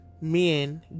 men